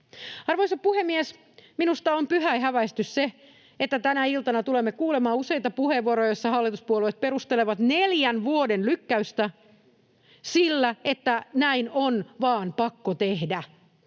Arvoisa puhemies! Minusta on pyhäinhäväistys, että tänä iltana tulemme kuulemaan useita puheenvuoroja, joissa hallituspuolueet perustelevat neljän vuoden lykkäystä sillä, että näin on vaan pakko tehdä